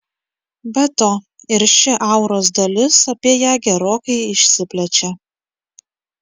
be to ir ši auros dalis apie ją gerokai išsiplečia